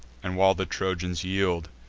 and while the trojans yield,